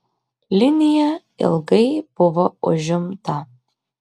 linija ilgai buvo užimta